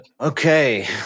Okay